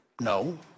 No